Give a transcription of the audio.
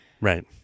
Right